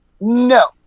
No